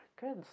good